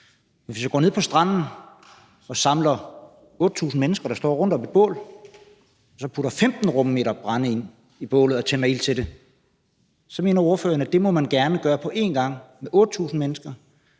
Hvis jeg går ned på stranden og samler 8.000 mennesker rundt om et bål og putter 15 rummeter brænde ind i bålet og tænder ild til det, så mener ordføreren, at det må man gerne gøre på en gang med 8.000 mennesker,